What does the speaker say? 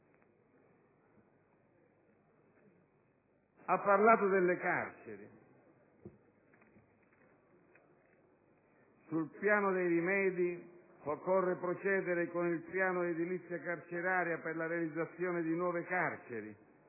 Ha parlato poi delle carceri. «Sul piano dei rimedi, occorre procedere con il piano di edilizia carceraria per la realizzazione di nuove carceri